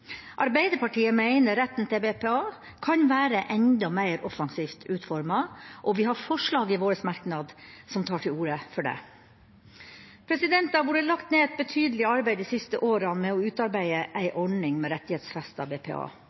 Arbeiderpartiet mener retten til BPA kan være enda mer offensivt utformet, og vi har et forslag i innstillinga som tar til orde for det. Det har vært lagt ned et betydelig arbeid de siste årene med å utarbeide en ordning med rettighetsfestet BPA.